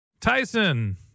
Tyson